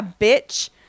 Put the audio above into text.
bitch